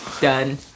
Done